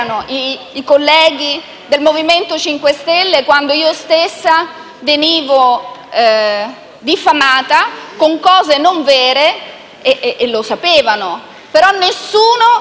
i colleghi del Movimento 5 Stelle, quando io stessa venivo diffamata con notizie non vere, e loro lo sapevano però nessuno